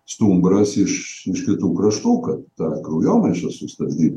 stumbras iš kitų kraštų kad tą kraujomaišą sustabdyt